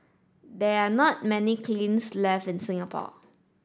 they are not many kilns left in Singapore